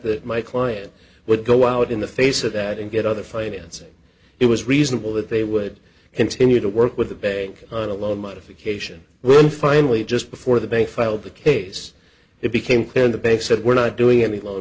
that my client would go out in the face of that and get other financing it was reasonable that they would continue to work with the bank on a loan modification when finally just before the bank filed the case it became clear and the bank said we're not doing any lo